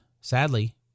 sadly